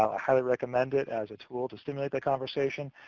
i highly recommend it as a tool to stimulate the conversation.